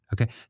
okay